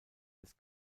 des